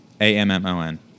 A-M-M-O-N